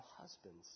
husbands